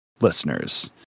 listeners